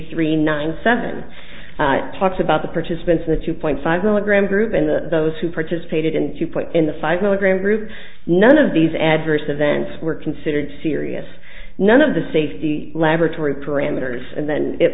three nine seven talks about the participants the two point five milligram group and the those who parted faded into place in the five milligram group none of these adverse events were considered serious none of the safety laboratory parameters and then it